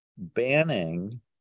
banning